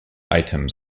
items